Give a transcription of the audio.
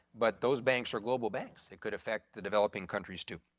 but those banks are global banks. it could affect the developing countries too.